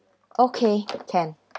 okay can